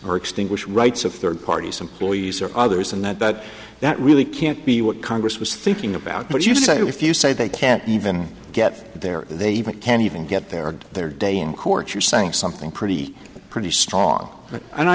or extinguish rights of third parties employees or others and that that really can't be what congress was thinking about what you say if you say they can't even get there they even can't even get their their day in court you're saying something pretty pretty strong and i